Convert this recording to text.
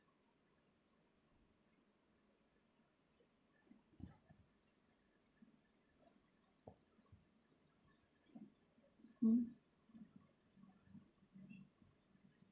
mm